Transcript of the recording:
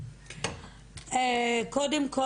קודם כל,